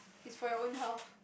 it's for your own health